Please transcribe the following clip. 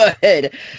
good